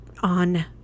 on